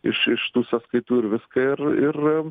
iš iš tų sąskaitų ir viską ir ir